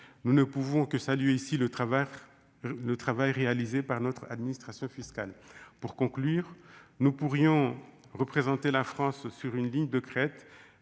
nous ne pouvons que saluer ici le travers ne travail réalisé par notre administration fiscale pour conclure, nous pourrions représenté la France sur une ligne de crête